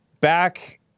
back